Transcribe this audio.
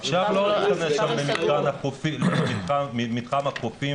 עכשיו לא ניכנס שם למתחם החופים